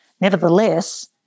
nevertheless